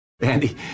Andy